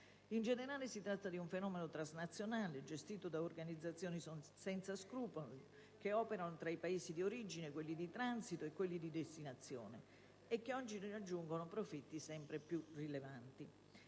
In generale, si tratta di un fenomeno transnazionale, gestito da organizzazioni senza scrupoli che operano tra i Paesi d'origine, quelli di transito e quelli di destinazione, e che oggi raggiunge profitti sempre più rilevanti.